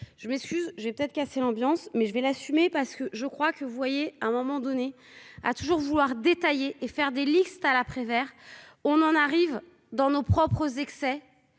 je me suis je vais être casser l'ambiance mais je vais l'assumer parce que je crois que vous voyez, à un moment donné à toujours vouloir détailler et faire des liste à la Prévert, on en arrive dans nos propres excès